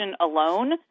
alone